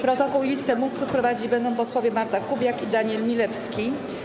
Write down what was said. Protokół i listę mówców prowadzić będą posłowie Marta Kubiak i Daniel Milewski.